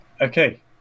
okay